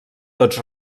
tots